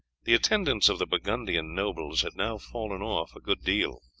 the attendance of the burgundian nobles had now fallen off a good deal.